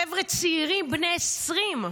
חבר'ה צעירים בני 20,